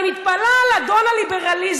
אני מתפלאת על אדון הליברליזם,